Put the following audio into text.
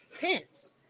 Pence